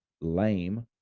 lame